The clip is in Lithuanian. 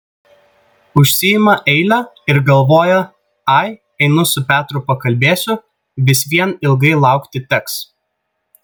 užsiima eilę ir galvoja ai einu su petru pakalbėsiu vis vien ilgai laukti teks